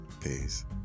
Peace